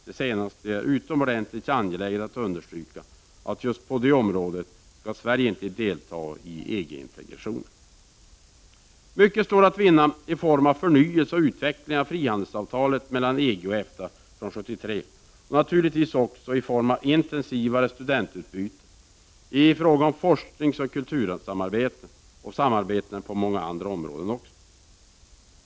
Jag är utomordentligt angelägen om att understryka att Sverige inte på dessa områden skall delta i EG-integrationen. Mycket står att vinna i form av förnyelse och utveckling av frihandelsavtalet mellan EG och EFTA från 1973 och naturligtvis också i form av intensivare studentutbyte, forskningsoch kultursamarbete och samarbete på många andra områden.